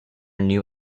new